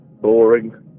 boring